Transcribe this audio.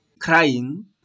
crying